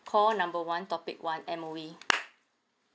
call number one topic one M_O_E